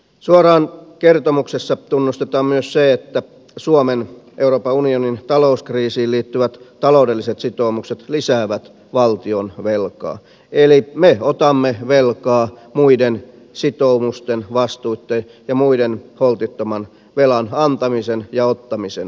suoraan kertomuksessa tunnustetaan myös se että suomen euroopan unionin talouskriisiin liittyvät taloudelliset sitoumukset lisäävät valtionvelkaa eli me otamme velkaa muiden sitoumusten vastuitten ja muiden holtittoman velan antamisen ja ottamisen vuoksi